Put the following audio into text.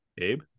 Abe